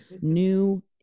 new